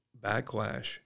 backlash